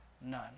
None